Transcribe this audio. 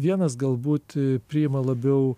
vienas galbūt priima labiau